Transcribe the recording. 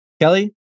Kelly